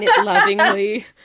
lovingly